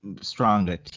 stronger